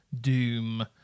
Doom